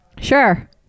sure